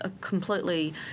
completely